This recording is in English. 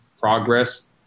progress